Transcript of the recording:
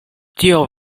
tio